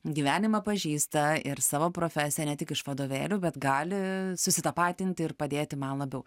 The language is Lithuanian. gyvenimą pažįsta ir savo profesiją ne tik iš vadovėlių bet gali susitapatinti ir padėti man labiau